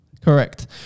Correct